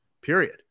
period